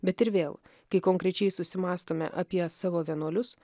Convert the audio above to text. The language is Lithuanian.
bet ir vėl kai konkrečiai susimąstome apie savo vienuolius